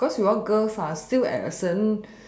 cause we all girls still at a certain